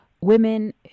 women